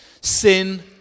Sin